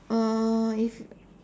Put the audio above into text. uh if